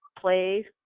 play